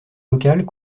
locales